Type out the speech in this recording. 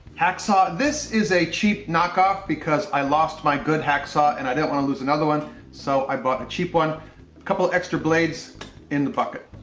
hacksaw. this is a cheap knockoff because i lost my good hacksaw and i don't want to lose another one. so, i bought a cheap one. a couple extra blades in the bucket.